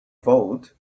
vote